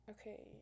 okay